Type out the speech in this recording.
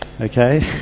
okay